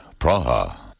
Praha